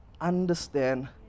understand